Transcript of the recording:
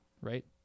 right